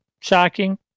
shocking